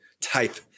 type